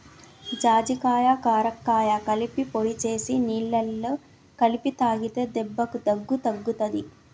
జాజికాయ కరక్కాయ కలిపి పొడి చేసి నీళ్లల్ల కలిపి తాగితే దెబ్బకు దగ్గు తగ్గుతది